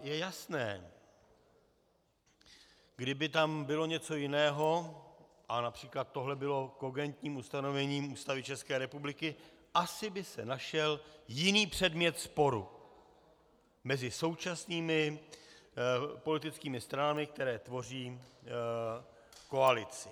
je jasné, kdyby tam bylo něco jiného a například tohle bylo kogentním ustanovením Ústavy České republiky, asi by se našel jiný předmět sporu mezi současnými politickými stranami, které tvoří koalici.